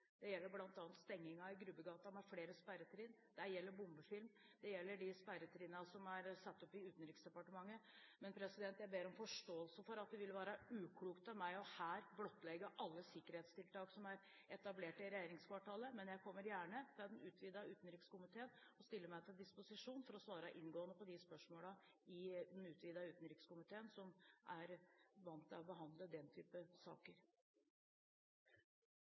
Det gjelder bl.a. stengingen av Grubbegata med flere sperretrinn, det gjelder bombefilm, det gjelder de sperretrinnene som er satt opp i Utenriksdepartementet, men jeg ber om forståelse for at det ville være uklokt av meg her å blottlegge alle sikkerhetstiltakene som er etablert i regjeringskvartalet. Men jeg kommer gjerne til den utvidede utenrikskomiteen. Jeg stiller meg til disposisjon for å svare inngående på de spørsmålene i den utvidede utenrikskomiteen, som er vant til å behandle den typen saker.